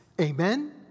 Amen